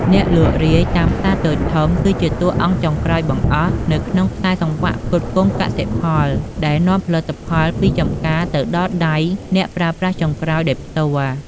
អ្នកលក់រាយតាមផ្សារតូចធំ គឺជាតួអង្គចុងក្រោយបង្អស់នៅក្នុងខ្សែសង្វាក់ផ្គត់ផ្គង់កសិផល ដែលនាំផលិតផលពីចំការទៅដល់ដៃ អ្នកប្រើប្រាស់ចុងក្រោយ ដោយផ្ទាល់។